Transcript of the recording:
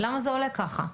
למה זה עולה ככה?